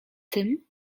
tym